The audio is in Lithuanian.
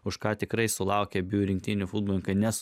už ką tikrai sulaukę abiejų rinktinių futbolininkai nes